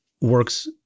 works